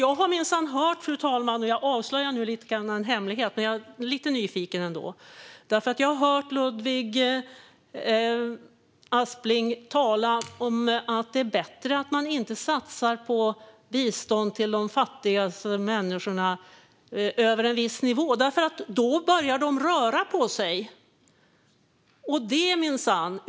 Jag har minsann hört - och jag avslöjar nu en hemlighet, men jag är lite nyfiken - att Ludvig Aspling talat om att det är bättre att inte satsa på bistånd till fattiga människor över en viss nivå, för då börjar de röra på sig.